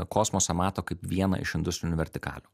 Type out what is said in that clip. kosmosą mato kaip vieną iš industrinių vertikalių